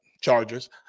Chargers